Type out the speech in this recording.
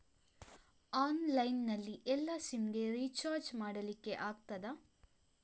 Online ನಲ್ಲಿ ಎಲ್ಲಾ SIM ಗೆ ರಿಚಾರ್ಜ್ ಮಾಡಲಿಕ್ಕೆ ಆಗ್ತದಾ?